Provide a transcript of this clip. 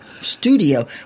studio